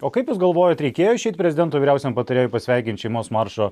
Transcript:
o kaip jūs galvojat reikėjo išeiti prezidento vyriausiam patarėjui pasveikint šeimos maršo